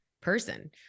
person